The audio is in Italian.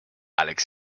alex